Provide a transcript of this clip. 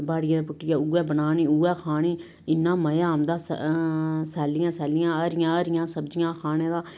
बड़िया दा पुट्टियै उ'ऐ बनानी उ'ऐ खानी इ'न्ना मजा आंदा सैलियां सैलियां हरियां हरियां सब्जियां खाने दा